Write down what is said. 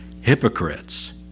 hypocrites